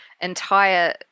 entire